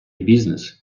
бізнес